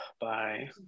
Bye